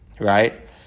right